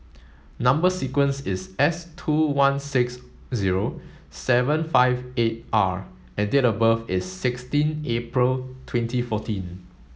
number sequence is S two one six zero seven five eight R and date of birth is sixteen April twenty fourteen